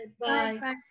Bye